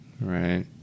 right